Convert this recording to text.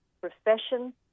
profession